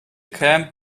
camp